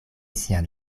sian